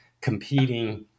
competing